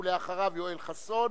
ואחריו, יואל חסון,